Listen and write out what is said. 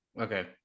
Okay